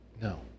No